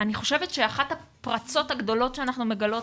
אני חושבת שאחת הפרצות הגדולות שאנחנו מגלות